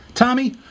Tommy